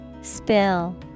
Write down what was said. Spill